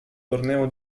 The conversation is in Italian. torneo